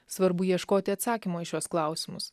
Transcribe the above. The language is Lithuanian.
svarbu ieškoti atsakymo į šiuos klausimus